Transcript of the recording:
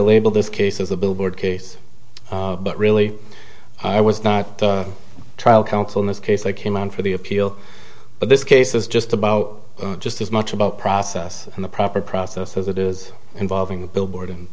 label this case as a billboard case but really i was not the trial counsel in this case i came on for the appeal but this case is just about just as much about process and the proper process as it is involving the billboard and